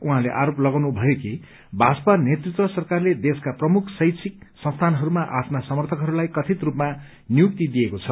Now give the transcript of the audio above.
उहाँले आरोप लगाउनु भयो कि भाजपा नेतृत्व सरकारले देशका प्रमुख शैक्षिक संस्थानहरूमा आफ्ना समर्थकहरूलाई कथित रूपमा नियुक्ति दिएको छ